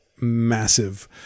massive